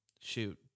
Shoot